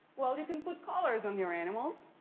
well, you can put collars on your animals.